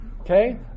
Okay